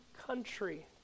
country